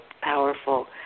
powerful